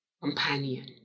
companion